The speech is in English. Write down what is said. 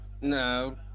No